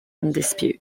dispute